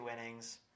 innings